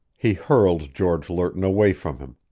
he hurled george lerton away from him,